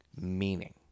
meaning